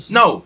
no